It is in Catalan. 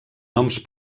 noms